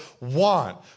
want